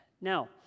now